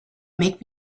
make